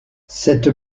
cette